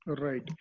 Right